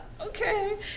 okay